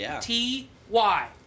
T-Y